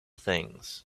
things